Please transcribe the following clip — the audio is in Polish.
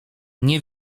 nie